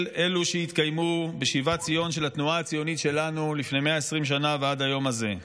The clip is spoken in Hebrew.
אלו שהתקיימו בשיבת ציון של התנועה הציונית שלפני 120 שנה ועד היום הזה.